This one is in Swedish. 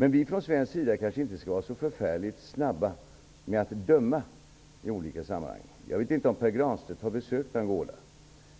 Vi skall från svensk sida kanske inte vara så förfärligt snabba med att döma i olika sammanhang. Jag vet inte om Pär Granstedt har besökt Angola.